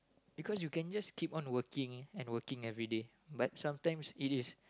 because you can just keep on working and working everyday but sometimes it is